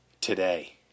today